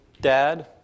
dad